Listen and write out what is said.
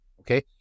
okay